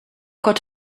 got